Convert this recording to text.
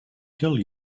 kill